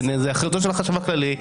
זה אחריותו של החשב הכללי,